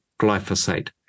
glyphosate